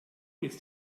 ist